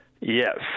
Yes